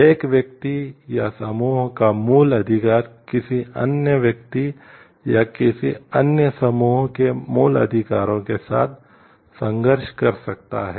एक व्यक्ति या समूह का मूल अधिकार किसी अन्य व्यक्ति या किसी अन्य समूह के मूल अधिकारों के साथ संघर्ष कर सकता है